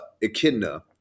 Echidna